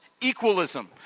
equalism